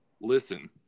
listen